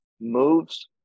moves